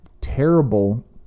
terrible